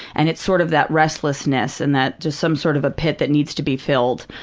and it's sort of that restlessness and that, just some sort of a pit that needs to be filled.